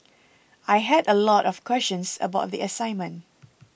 I had a lot of questions about the assignment